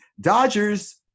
Dodgers